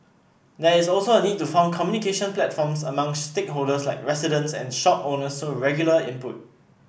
there is also a need to form communication platforms among stakeholders like residents and shop owners so regular input